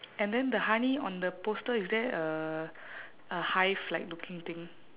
and then the honey on the poster is there a a hive like looking thing